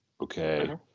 okay